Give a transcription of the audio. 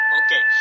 okay